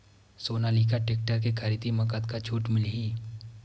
Sonalika tractor के खरीदी मा कतका छूट मीलही?